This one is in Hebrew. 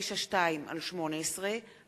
התשע"ב 2012,